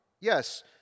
Yes